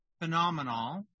phenomenal